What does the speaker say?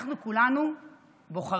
אנחנו כולנו בוחרים,